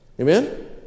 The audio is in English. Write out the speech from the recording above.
Amen